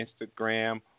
Instagram